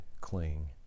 cling